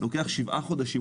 לוקח שבעה חודשים,